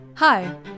Hi